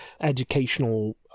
educational